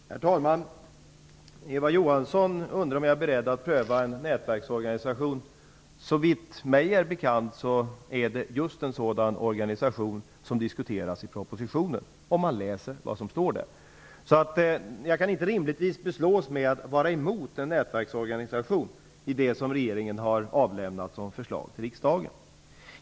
Herr talman! Eva Johansson undrar om jag är beredd att pröva en nätverksorganisation. Såvitt mig är bekant är det just en sådan organisation som diskuteras i propositionen -- det ser man om man läser vad som står där. Jag kan därför inte rimligtvis beslås med att vara emot en nätverksorganisation i det som regeringen har avlämnat som förslag till riksdagen.